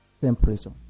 temperature